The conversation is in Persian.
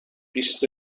بیست